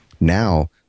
Now